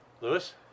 lewis